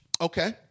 Okay